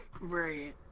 Right